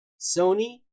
Sony